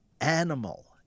animal